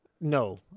No